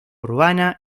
urbana